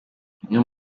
umwe